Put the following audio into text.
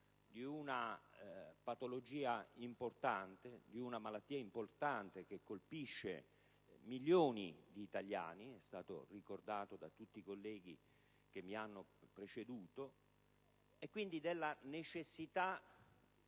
è il riconoscimento di una malattia importante, che colpisce milioni di italiani (come è stato ricordato da tutti i colleghi che mi hanno preceduto), e quindi della necessità